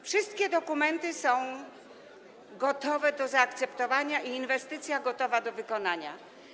Wszystkie dokumenty są gotowe do zaakceptowania i inwestycja jest gotowa do wykonania.